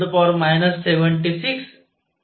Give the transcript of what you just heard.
110 311